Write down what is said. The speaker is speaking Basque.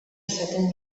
izaten